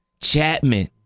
Chapman